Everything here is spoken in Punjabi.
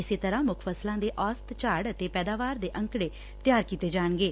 ਇਸੇ ਤਰੁਾਂ ਮੁੱਖ ਫਸਲਾਂ ਦੇ ਔਸਤ ਝਾੜ ਅਤੇ ਪੈਦਾਵਾਰ ਦੇ ਅੰਕੜੇ ਤਿਆਰ ਕੀਤੇ ਜਾਣਗੇ